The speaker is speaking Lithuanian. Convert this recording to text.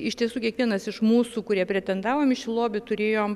iš tiesų kiekvienas iš mūsų kurie pretendavom į šį lobį turėjom